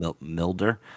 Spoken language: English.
Milder